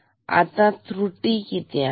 तर आता त्रुटी किती आहे